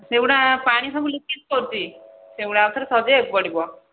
ସେଗୁଡ଼ିକ ପାଣି ସବୁ ଲିକେଜ୍ କରୁଛି ସେଗୁଡ଼ିକ ଆଉଥରେ ସଜାଇବାକୁ ପଡ଼ିବ